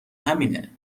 همینه